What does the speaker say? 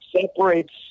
separates